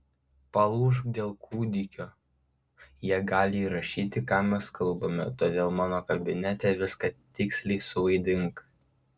palūžk dėl kūdikio jie gali įrašyti ką mes kalbame todėl mano kabinete viską tiksliai suvaidink